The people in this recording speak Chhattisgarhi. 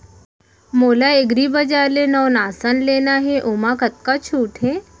मोला एग्रीबजार ले नवनास लेना हे ओमा कतका छूट हे?